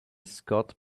scott